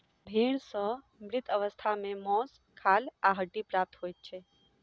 भेंड़ सॅ मृत अवस्था मे मौस, खाल आ हड्डी प्राप्त होइत छै